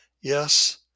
yes